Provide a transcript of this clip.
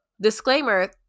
Disclaimer